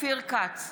אופיר כץ,